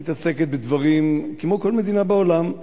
היא מתעסקת בדברים כמו כל מדינה בעולם,